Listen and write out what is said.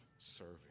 serving